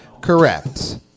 Correct